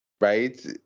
Right